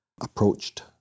approached